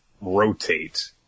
rotate